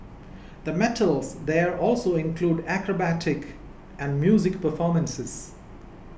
the metals there also include acrobatic and music performances